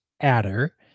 Adder